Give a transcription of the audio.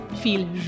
feel